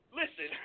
listen